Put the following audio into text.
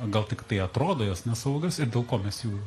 o gal tiktai atrodo jos nesaugios ir dėl ko mes jų